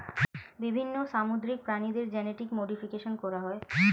বিভিন্ন সামুদ্রিক প্রাণীদের জেনেটিক মডিফিকেশন করা হয়